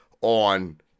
on